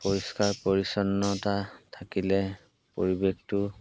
পৰিষ্কাৰ পৰিচ্ছন্নতা থাকিলে পৰিৱেশটো